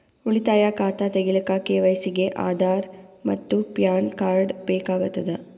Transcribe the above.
ಉಳಿತಾಯ ಖಾತಾ ತಗಿಲಿಕ್ಕ ಕೆ.ವೈ.ಸಿ ಗೆ ಆಧಾರ್ ಮತ್ತು ಪ್ಯಾನ್ ಕಾರ್ಡ್ ಬೇಕಾಗತದ